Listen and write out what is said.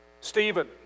Stephen